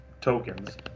tokens